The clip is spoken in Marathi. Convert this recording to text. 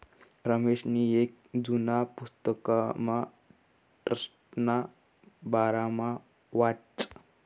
रमेशनी येक जुना पुस्तकमा ट्रस्टना बारामा वाचं